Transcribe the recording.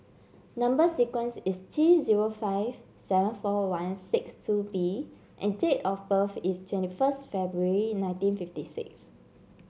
number sequence is T zero five seven four one six two B and date of birth is twenty first February nineteen fifty six